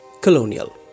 colonial